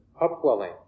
upwelling